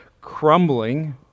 crumbling